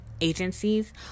agencies